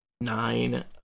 nine